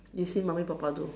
you see mommy papa do